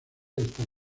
estas